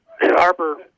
Harper